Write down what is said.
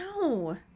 No